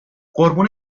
قربون